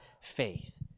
faith